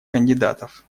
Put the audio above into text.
кандидатов